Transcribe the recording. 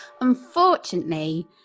unfortunately